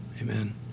Amen